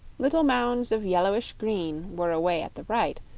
little mounds of yellowish green were away at the right,